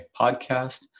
podcast